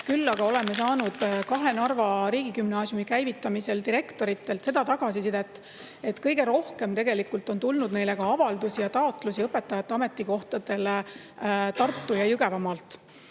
Küll aga oleme saanud kahe Narva riigigümnaasiumi käivitamisel direktoritelt tagasisidet, et kõige rohkem on tulnud neile avaldusi ja taotlusi õpetajate ametikohtadele Tartu- ja Jõgevamaalt.